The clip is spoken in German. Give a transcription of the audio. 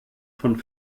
von